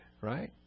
right